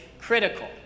critical